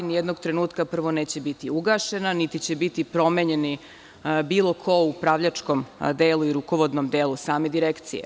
Nijednog trenutka neće biti ugašena, niti će biti promenjen bilo ko u upravljačkom i rukovodnom delu same Direkcije.